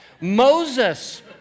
Moses